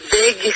big